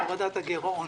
להורדת הגירעון.